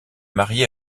marié